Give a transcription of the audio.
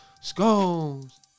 Scones